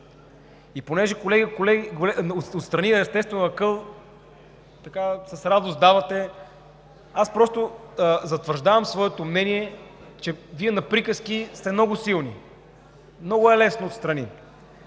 като, колеги, отстрани, естествено, давате с радост акъл, аз затвърждавам своето мнение, че Вие на приказки сте много силни. Много е лесно отстрани